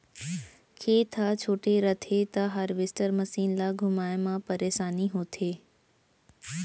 खेत ह छोटे रथे त हारवेस्टर मसीन ल घुमाए म परेसानी होथे